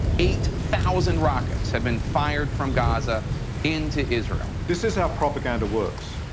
eight thousand rockets have been fired from gaza into israel. this is how propaganda works.